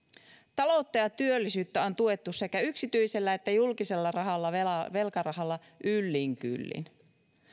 taloutta ja työllisyyttä on tuettu sekä yksityisellä että julkisella rahalla velkarahalla yllin kyllin